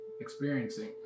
experiencing